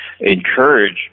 encourage